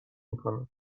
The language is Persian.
میکنم